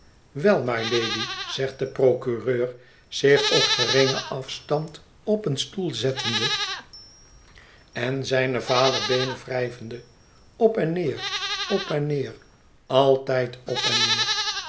wel mylady zegt de procureur zich op geringen afstand op een stoel zettende en zijne vale beenen wrijvende op en neer op en neer altijd op en neer